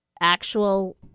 actual